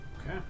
Okay